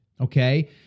Okay